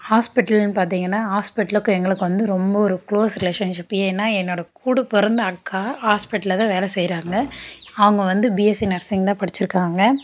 ஹாஸ்பிட்டல்ன்னு பார்த்தீங்கன்னா ஹாஸ்பிட்டலுக்கும் எங்களுக்கும் வந்து ரொம்ப ஒரு க்ளோஸ் ரிலேஷன்ஷிப் ஏன்னா என்னோட கூட பிறந்த அக்கா ஹாஸ்பிட்டலில் தான் வேலை செய்யறாங்க அவங்க வந்து பிஎஸ்சி நர்ஸிங் தான் படிச்சிருக்காங்க